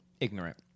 ignorant